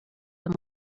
them